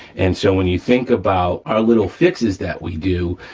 and so when you think about our little fixes that we do,